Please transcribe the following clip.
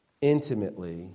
intimately